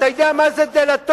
אתה יודע מה זה דלטורים?